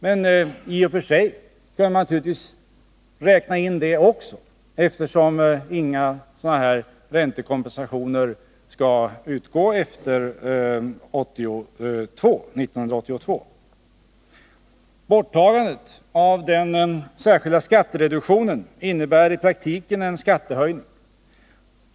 Men i och för sig kan man naturligtvis räkna in det också, eftersom inga sådana här räntekompensationer skall utgå efter 1982. Borttagandet av den särskilda skattereduktionen innebär i praktiken en skattehöjning.